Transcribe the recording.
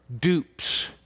dupes